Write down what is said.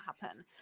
happen